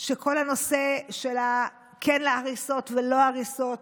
של כל הנושא של כן הריסות ולא הריסות